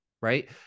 right